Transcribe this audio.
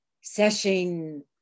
session